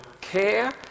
care